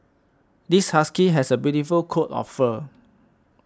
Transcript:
this husky has a beautiful coat of fur